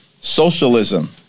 socialism